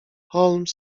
holmes